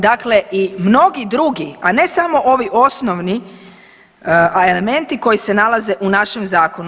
Dakle i mnogi drugi, a ne samo ovi osnovni elementi koji se nalaze u našem zakonu.